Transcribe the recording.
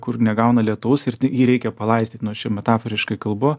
kur negauna lietaus ir jį reikia palaistyt nors čia metaforiškai kalbu